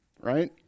right